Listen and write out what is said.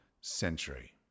century